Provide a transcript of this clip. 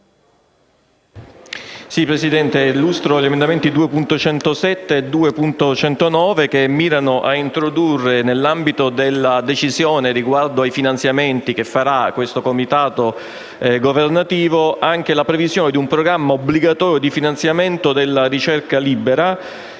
Presidente, illustro gli emendamenti 2.107 e 2.109, che mirano ad introdurre, nell'ambito della decisione sui finanziamenti che farà questo Comitato governativo, anche la previsione di un programma obbligatorio di finanziamento della ricerca libera,